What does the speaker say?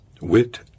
wit